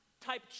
type